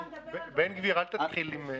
בן גביר, אל תתחיל עם רעיונות.